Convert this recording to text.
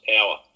Power